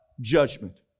judgment